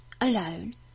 alone